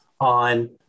on